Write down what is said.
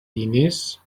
diners